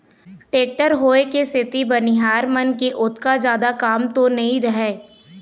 tractor होय के सेती बनिहार मन के ओतका जादा काम तो नइ रहय